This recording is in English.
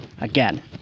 again